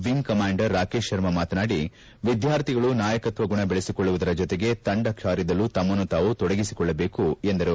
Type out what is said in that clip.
ಎಂಗ್ commander Rakesh Karma ಮಾತನಾಡಿ ವಿದ್ವಾರ್ಥಿಗಳು ನಾಯಕತ್ವ ಗುಣ ಬೆಳೆಸಿಕೊಳ್ಳುವುದರ ಜೊತೆಗೆ ತಂಡ ಕಾರ್ಯದಲ್ಲೂ ತಮ್ಮನ್ನು ತಾವು ತೊಡಗಿಸಿಕೊಳ್ಳಬೇಕು ಎಂದರು